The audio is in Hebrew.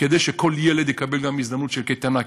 כדי שכל ילד יקבל גם הזדמנות של קייטנה.